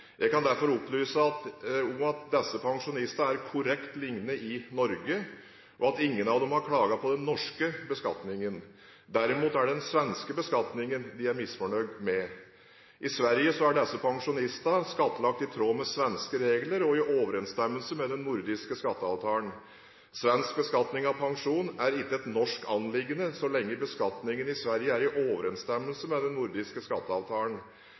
Jeg kan derfor opplyse om at disse pensjonistene er korrekt lignet i Norge, og at ingen av dem har klaget på den norske beskatningen. Derimot er det den svenske beskatningen de er misfornøyd med. I Sverige er disse pensjonistene skattlagt i tråd med svenske regler og i overensstemmelse med den nordiske skatteavtalen. Svensk beskatning av pensjon er ikke et norsk anliggende så lenge beskatningen i Sverige er i overensstemmelse med den nordiske skatteavtalen.